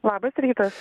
labas rytas